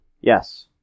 Yes